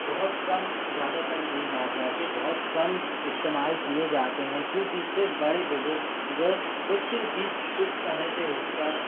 बहुत कम ज़्यादातर नहीं कहा जा के बहुत कम इस्तेमाल किए जाते हैं क्योंकि इसे बड़े बुज़ुर्ग कुछ कुछ समय पे इसका